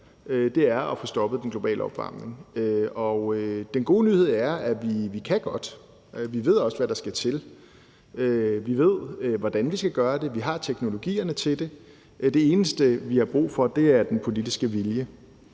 nemlig at få stoppet den globale opvarmning. Og den gode nyhed er, at vi godt kan, og vi ved også, hvad der skal til. Vi ved, hvordan vi skal gøre det. Vi har teknologierne til det. Det eneste, vi har brug for, er den politiske vilje.